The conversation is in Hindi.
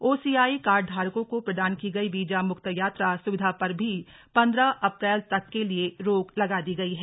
ओसीआई कार्ड धारकों को प्रदान की गई वीजा मुक्त यात्रा सुविधा पर भी पन्द्रह अप्रैल तक के लिए रोक लगा दी गई है